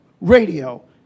radio